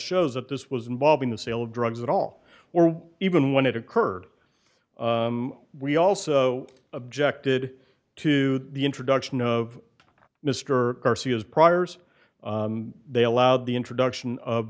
shows that this was involved in the sale of drugs at all or even when it occurred we also objected to the introduction of mr garcia's priors they allowed the introduction of